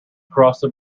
crossed